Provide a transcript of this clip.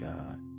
God